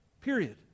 Period